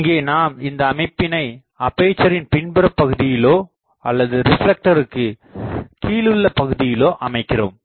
இங்கே நாம் இந்த அமைப்பினை அப்பேசரின் பின்புற பகுதியிலோ அல்லது ரிப்லெக்டருக்கு கீழுள்ள பகுதியிலோ அமைக்கிறோம்